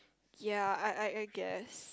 ya I I I guess